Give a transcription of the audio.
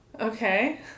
Okay